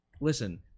listen